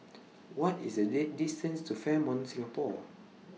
What IS The Day distance to Fairmont Singapore